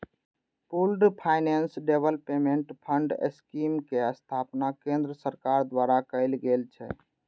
pooled finance development fund scheme के स्थापना केंद्र सरकार द्वारा कैल गेल छै